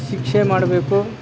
ಶಿಕ್ಷೆ ಮಾಡಬೇಕು